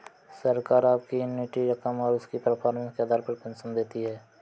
सरकार आपकी एन्युटी की रकम और उसकी परफॉर्मेंस के आधार पर पेंशन देती है